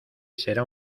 será